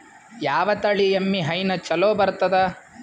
ಯಾವ ತಳಿ ಎಮ್ಮಿ ಹೈನ ಚಲೋ ಬರ್ತದ?